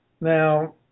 Now